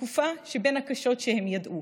בתקופה בין הקשות שידעו.